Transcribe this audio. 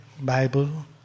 Bible